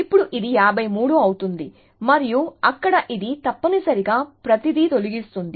ఇప్పుడు ఇది 53 అవుతుంది మరియు అక్కడ ఇది తప్పనిసరిగా ప్రతిదీ తొలగిస్తుంది